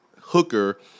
Hooker